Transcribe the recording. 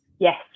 Yes